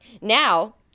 Now